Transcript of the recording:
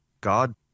God